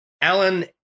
Alan